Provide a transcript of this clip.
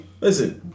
Listen